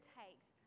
takes